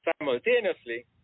simultaneously